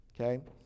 Okay